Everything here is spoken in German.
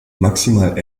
maximal